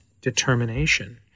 determination